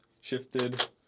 shifted